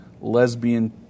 Lesbian